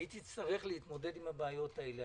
והיא תצטרך להתמודד עם הבעיות האלה.